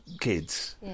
kids